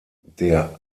der